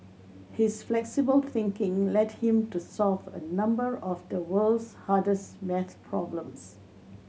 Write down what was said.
his flexible thinking led him to solve a number of the world's hardest maths problems